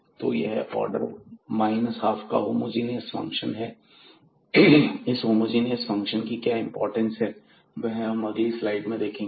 तो यह ऑर्डर ½ का होमोजीनियस फंक्शन है इन होमोजीनियस फंक्शन की क्या इंपोर्टेंस है वह हम अगली स्लाइड में देखेंगे